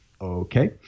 Okay